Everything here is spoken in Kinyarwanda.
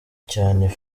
cyane